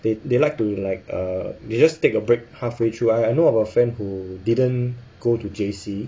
they they like to like err they just take a break halfway through I know of a friend who didn't go to J_C